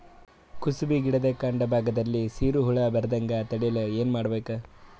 ಕುಸುಬಿ ಗಿಡದ ಕಾಂಡ ಭಾಗದಲ್ಲಿ ಸೀರು ಹುಳು ಬರದಂತೆ ತಡೆಯಲು ಏನ್ ಮಾಡಬೇಕು?